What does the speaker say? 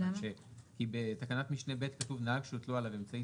כי בתקנת משנה (ב) כתוב: נהג שהוטלו עליו אמצעי